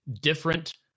different